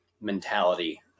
mentality